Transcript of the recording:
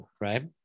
right